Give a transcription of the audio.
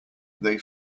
they